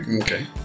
Okay